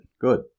Good